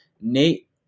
Nate